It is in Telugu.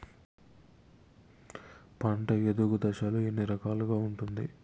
పంట ఎదుగు దశలు ఎన్ని రకాలుగా ఉంటుంది?